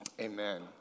amen